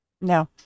no